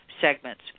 segments